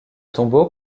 tombeaux